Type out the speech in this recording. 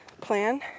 plan